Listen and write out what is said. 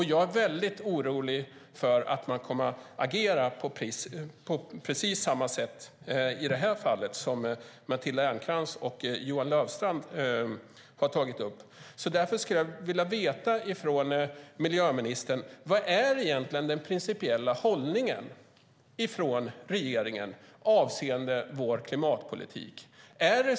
Jag är orolig för att de kommer att agera på precis samma sätt i det här fallet, såsom Matilda Ernkrans och Johan Löfstrand har tagit upp. Därför, miljöministern, vill jag veta: Vad är egentligen den principiella hållningen hos regeringen avseende vår klimatpolitik?